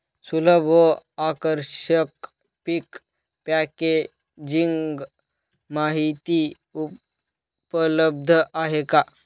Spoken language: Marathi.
सुलभ व आकर्षक पीक पॅकेजिंग माहिती उपलब्ध आहे का?